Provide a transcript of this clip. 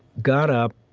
got up,